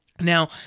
Now